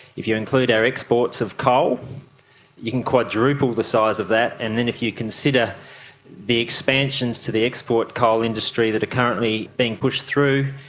if you include our exports of coal you can quadruple the size of that. and then if you consider the expansions to the export coal industry that are currently being pushed through,